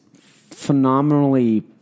phenomenally